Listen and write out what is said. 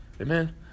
Amen